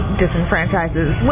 disenfranchises